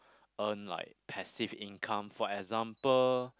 earn like passive income for example